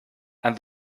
and